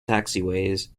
taxiways